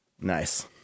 Nice